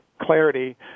clarity